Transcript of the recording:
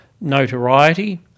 notoriety